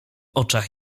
oczach